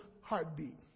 heartbeat